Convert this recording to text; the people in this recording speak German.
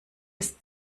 des